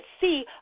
see